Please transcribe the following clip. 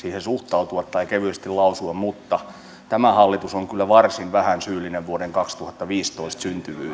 suhtautua tai siitä kevyesti lausua mutta tämä hallitus on kyllä varsin vähän syyllinen vuoden kaksituhattaviisitoista syntyvyyteen